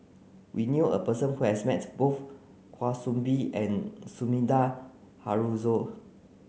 we knew a person who has mets both Kwa Soon Bee and Sumida Haruzo